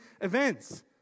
events